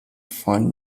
phone